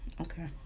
Okay